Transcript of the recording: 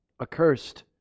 accursed